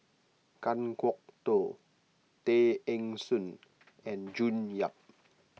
Kan Kwok Toh Tay Eng Soon and June Yap